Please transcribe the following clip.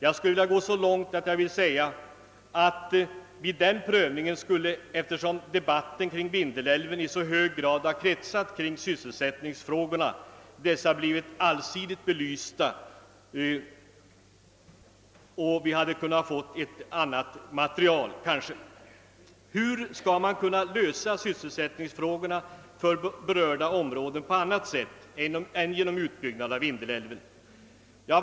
Jag skulle vilja gå så långt att jag vill säga att i den prövningen skulle sysselsättningsfrågorna, eftersom debatten kring Vindelälven i så hög grad har kretsat kring just dessa frågor, ha blivit allsidigt belysta, och vi hade kunnat få ett annat material. Hur skall man kunna lösa sysselsättningsfrågorna för berörda områden på annat sätt än genom utbyggnad av Vindelälven?